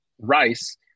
rice